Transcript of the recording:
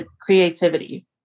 creativity